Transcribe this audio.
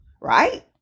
right